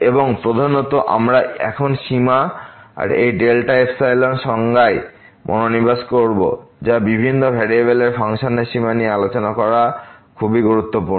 এবং প্রধানত আমরা এখন সীমার এই ডেল্টা এপসাইলন সংজ্ঞায় মনোনিবেশ করব যা বিভিন্ন ভেরিয়েবলের ফাংশনের সীমা নিয়ে আলোচনা করা খুবই গুরুত্বপূর্ণ